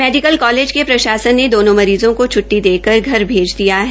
medical college के प्रशासन ने दोनो मरीजों को छटटी दे कर घर भेज दिया है